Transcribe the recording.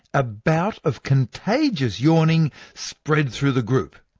a bout of contagious yawning spread through the group.